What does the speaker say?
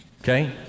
okay